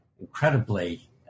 incredibly